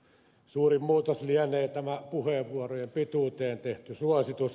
suurin muutos lienee tämä puheenvuorojen pituuteen tehty suositus